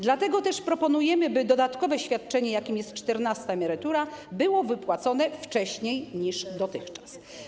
Dlatego też proponujemy, by dodatkowe świadczenie, jakim jest czternasta emerytura, było wypłacone wcześniej niż dotychczas.